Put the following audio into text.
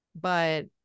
but-